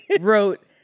wrote